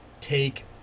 take